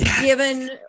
given